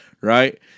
right